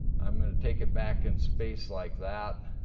i'm gonna take it back in space like that.